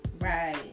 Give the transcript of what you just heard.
Right